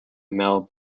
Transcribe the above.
mel